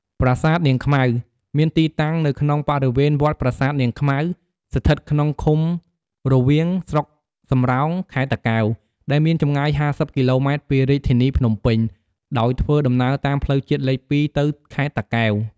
ប្រាសាទនាងខ្មៅ មានទីតាំងនៅក្នុងបរិវេណវត្តប្រាសាទនាងខ្មៅ ស្ថិតក្នុងឃុំរវៀង ស្រុកសំរោង ខេត្តតាកែវ ដែលមានចម្ងាយ ៥០ គីឡូម៉ែត្រពីធានីរាជភ្នំពេញ ដោយធ្វើដំណើរតាមផ្លូវជាតិលេខ ២ ទៅខេត្តតាកែវ។